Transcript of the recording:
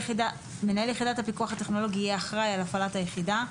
מנהל יחידת הפיקוח הטכנולוגי יהיה אחראי על הפעלת היחידה,